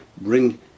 bring